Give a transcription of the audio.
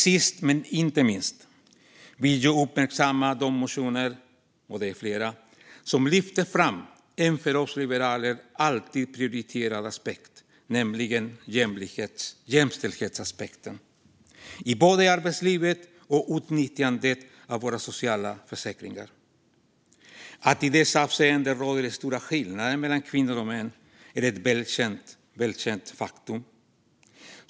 Sist men inte minst vill jag uppmärksamma de motioner - och de är flera - som lyfter fram en för oss liberaler alltid prioriterad aspekt, nämligen jämställdhetsaspekten i både arbetslivet och utnyttjandet av våra sociala försäkringar. Att det i dessa avseenden råder stora skillnader mellan kvinnor och män är ett välkänt faktum.